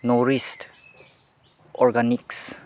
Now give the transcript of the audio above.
nourish organics